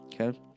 Okay